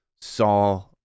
saw